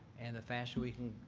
and the faster we can